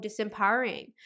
disempowering